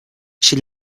she